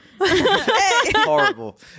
horrible